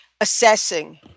assessing